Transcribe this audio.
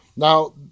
Now